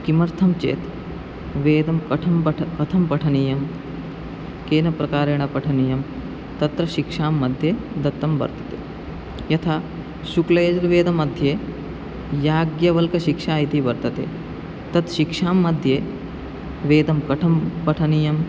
किमर्थं चेत् वेदं कथं पठ कथं पठनीयं केन प्रकारेण पठनीयं तत्र शिक्षां मध्ये दत्तं वर्तते यथा शुक्लयजुर्वेदमध्ये याज्ञवल्क्यशिक्षा इति वर्तते तत् शिक्षां मध्ये वेदं कथं पठनीयं